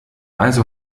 also